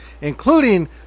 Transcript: including